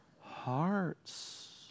hearts